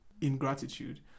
ingratitude